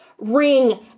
ring